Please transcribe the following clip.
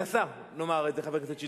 סגן יושב-ראש הכנסת, חבר הכנסת שלמה מולה.